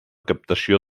captació